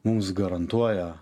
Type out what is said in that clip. mums garantuoja